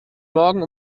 morgen